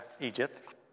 Egypt